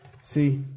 See